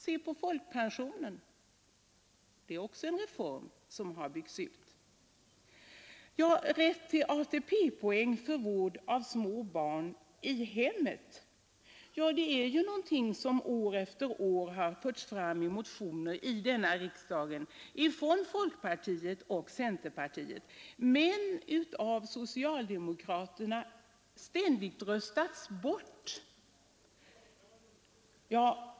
Se på folkpensionen — det är också en reform som har byggts ut. Och rätt till ATP-poäng för vård av små barn i hemmet är någonting som år efter år har förts fram i motioner här i riksdagen från folkpartiet och centerpartiet men av socialdemokraterna ständigt röstats bort.